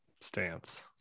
stance